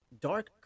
dark